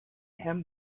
him